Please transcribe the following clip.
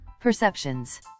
perceptions